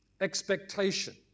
expectation